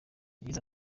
yagize